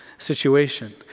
situation